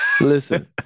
Listen